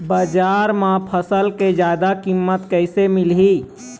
बजार म फसल के जादा कीमत कैसे मिलही?